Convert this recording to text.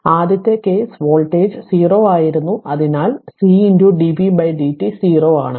അതിനാൽ ആദ്യത്തെ case voltage 0 ആയിരുന്നു അതിനാൽ C dv dt 0 ആണ്